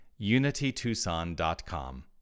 unitytucson.com